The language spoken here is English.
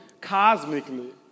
cosmically